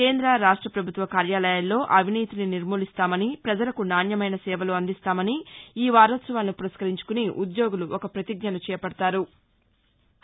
కేంద్ర రాష్ట ప్రభుత్వ కార్యాలయాల్లో అవినీతిని నిర్మూలిస్తామని ప్రజలకు నాణ్యమైన సేవలు అందిస్తామని ఈ వారోత్సవాలను పురస్కరించుకుని ఉద్యోగులు ఒక ప్రతిజ్ఞను చేపడతారు